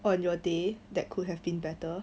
on your day that could have been better